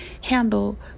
handle